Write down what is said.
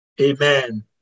amen